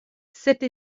cette